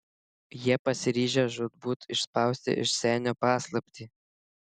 jie pasiryžę žūtbūt išspausti iš senio paslaptį